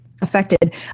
affected